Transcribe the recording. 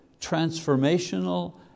transformational